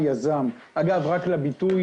בבקשה,